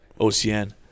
OCN